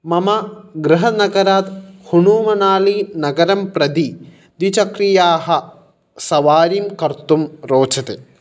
मम गृहनगरात् खुलुमनालि नगरं प्रति द्विचक्रियाः सवारिं कर्तुं रोचते